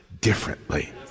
differently